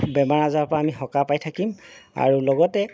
বেমাৰ আজাৰৰ পৰা আমি সকাহ পাই থাকিম আৰু লগতে